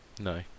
No